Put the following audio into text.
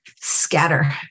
scatter